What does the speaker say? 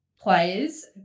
players